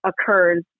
occurs